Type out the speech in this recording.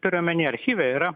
turiu omeny archyve yra